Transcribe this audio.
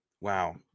Wow